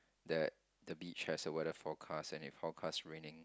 that the beach has a weather forecast and it forecast raining